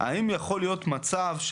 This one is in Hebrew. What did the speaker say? האם יכול להיות מצב,